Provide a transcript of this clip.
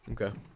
Okay